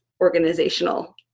organizational